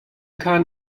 kahn